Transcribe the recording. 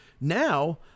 Now